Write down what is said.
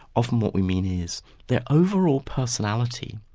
often what we mean is their overall personality,